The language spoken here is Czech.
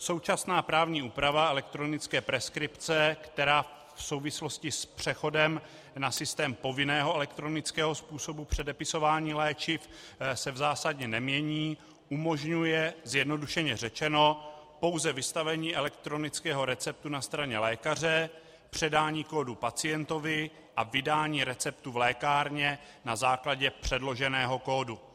Současná právní úprava elektronické preskripce, která v souvislosti s přechodem na systém povinného elektronického způsobu předepisování léčiv se v zásadě nemění, umožňuje, zjednodušeně řečeno, pouze vystavení elektronického receptu na straně lékaře, předání kódu pacientovi, a vydání receptu v lékárně na základě předloženého kódu.